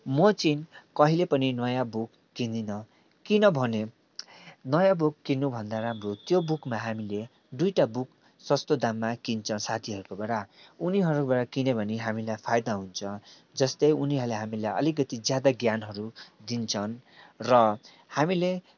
म चाहिँ कहिले पनि नयाँ बुक किन्दिनँ किनभने नयाँ बुक किन्नुभन्दा राम्रो त्यो बुकमा हामीले दुईटा बुक सस्तो दाममा किन्छ साथीहरूको बाट उनीहरूबाट किन्यो भने हामीलाई फाइदा हुन्छ जस्तै उनीहरूले हामीलाई अलिकति ज्यादा ज्ञानहरू दिन्छन् र हामीले